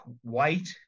white